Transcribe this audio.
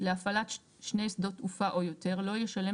להפעלת שני שדות תעופה או יותר לא ישלם